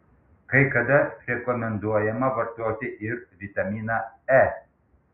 kai kada rekomenduojama vartoti ir vitaminą e